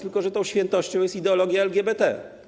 Tylko że tą świętością jest ideologia LGBT.